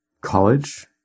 college